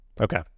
Okay